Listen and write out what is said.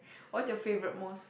what's your favourite most